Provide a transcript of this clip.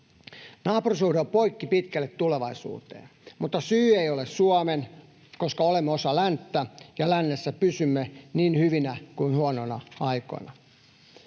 Naapurisuhde on poikki pitkälle tulevaisuuteen, mutta syy ei ole Suomen, koska olemme osa länttä ja lännessä pysymme niin hyvinä kuin huonoina aikoina.